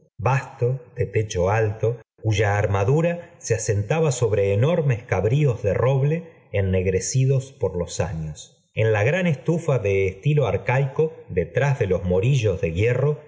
vasto de techo alto cuya armadura se asentaba sobre enormes cabrios de roble ennegrecidos por los años en la gran estufa de estilo arcaico detrás de los morillos de hierro